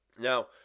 Now